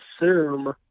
assume